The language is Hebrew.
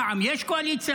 פעם יש קואליציה,